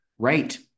Right